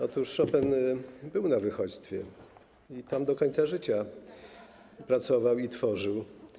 Otóż Chopin był na uchodźstwie i tam do końca życia pracował i tworzył.